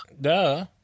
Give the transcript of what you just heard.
Duh